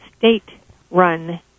state-run